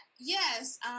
Yes